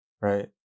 right